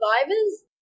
survivors